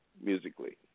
musically